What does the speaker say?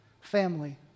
Family